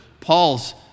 Paul's